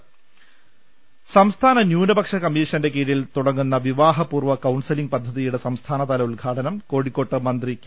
ൾ ൽ ൾ സംസ്ഥാന ന്യൂനപക്ഷ കമ്മീഷന്റെ കീഴിൽ തുടങ്ങുന്ന വിവാഹപൂർവ്വ കൌൺസിലിംഗ് പദ്ധതിയുടെ സംസ്ഥാനതല ഉദ്ഘാടനം കോഴിക്കോട് മന്ത്രി കെ